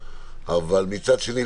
אבל מצד שני,